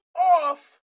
off